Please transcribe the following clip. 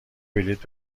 بلیط